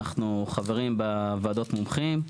אנחנו חברים בוועדות המומחים.